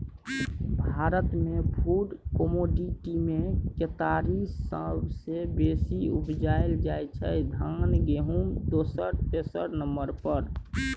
भारतमे फुड कमोडिटीमे केतारी सबसँ बेसी उपजाएल जाइ छै धान गहुँम दोसर तेसर नंबर पर